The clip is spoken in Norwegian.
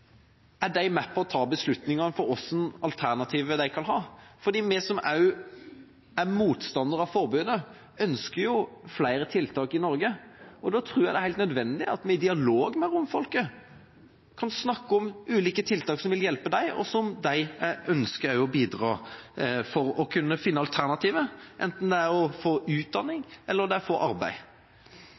Er de med på å ta beslutninger for hvilke alternativer de kan ha? Vi som er motstandere av forbudet, ønsker jo flere tiltak i Norge. Da tror jeg det er helt nødvendig at vi i dialog med romfolket kan snakke om ulike tiltak som vil hjelpe dem, og som de selv ønsker å bidra til for å kunne finne alternativer, enten det er å få utdanning, eller det er å få arbeid.